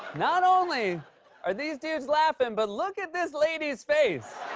not only are these dudes laughing, but look at this lady's face.